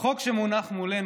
החוק שמונח מולנו,